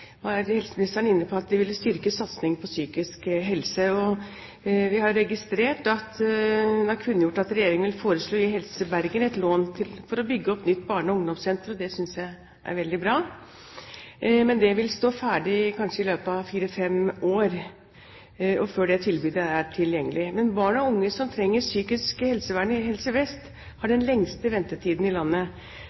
helseministeren inne på at de ville styrke satsingen på psykisk helse. Vi har registrert at hun har kunngjort at Regjeringen vil foreslå å gi Helse Bergen et lån for å bygge opp et nytt barne- og ungdomssenter. Det synes jeg er veldig bra. Det vil stå ferdig i løpet av kanskje fire–fem år, og først da vil det tilbudet være tilgjengelig. Men barn og unge som trenger psykisk helsevern i Helse Vest, har den lengste ventetiden i landet.